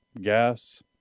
gas